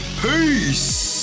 Peace